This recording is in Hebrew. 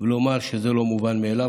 ולומר שזה לא מובן מאליו,